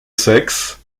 sexe